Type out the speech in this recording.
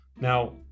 Now